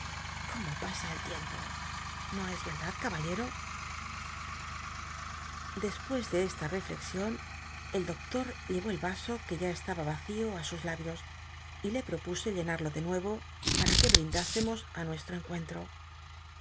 cómo pasa cltieml o no es crdad caball ro de pues de esta rellcxion el doctor l le ó el yaw que ya eslaba yacio i sus labios y le propuse llenarlo de nueyo pam que brind iscmos á nucstro cncucnlro